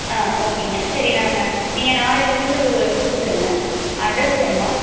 ஆ ஓகேங்க சரி நாங்கள் நீங்கள் நாளையில் இருந்து கொடுத்துருங்க அட்ரெஸ் வேணுமா